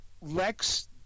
Lex